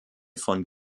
von